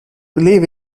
believe